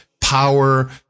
power